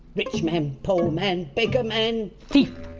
rich man, poor man, beggar man, thief.